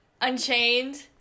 Unchained